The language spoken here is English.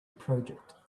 project